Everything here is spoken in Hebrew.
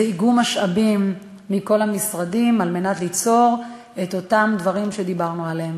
זה איגום משאבים מכל המשרדים על מנת ליצור את אותם דברים שדיברנו עליהם.